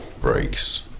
breaks